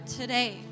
today